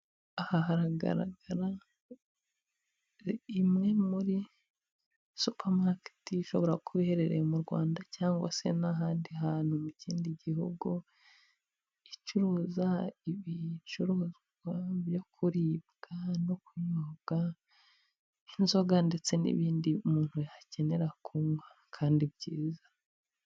Aha haragaragara imwe muri supamaketi ishobora kuba iherereye mu Rwanda cyangwa se n'ahandi hantu mu cyindi gihugu, icuruza ibicuruzwa byo kuribwa no kunyobwa nk'inzoga ndetse n'ibindi umuntu yakenera kunywa kandi byiza.